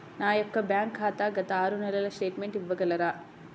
నా యొక్క బ్యాంక్ ఖాతా గత ఆరు నెలల స్టేట్మెంట్ ఇవ్వగలరా?